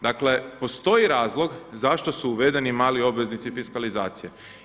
Dakle, postoji razlog zašto su uvedeni mali obveznici fiskalizacije.